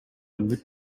бүт